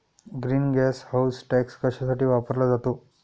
Green gas house tax कशासाठी वापरला जातो?